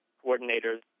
coordinators